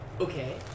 Okay